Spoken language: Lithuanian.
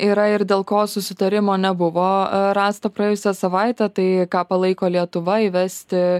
yra ir dėl ko susitarimo nebuvo rasta praėjusią savaitę tai ką palaiko lietuva įvesti